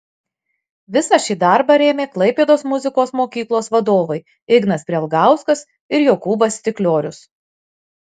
visą šį darbą rėmė klaipėdos muzikos mokyklos vadovai ignas prielgauskas ir jokūbas stikliorius